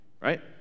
right